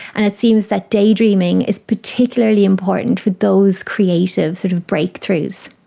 and it seems that daydreaming is particularly important for those creative sort of breakthroughs.